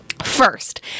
First